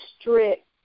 strict